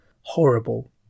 Horrible